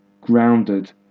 grounded